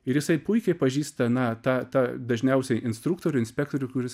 ir jisai puikiai pažįsta na tą tą dažniausiai instruktorių inspektorių kuris